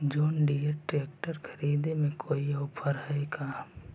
जोन Deere के tractor खरिदे में कोई औफर है का?